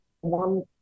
one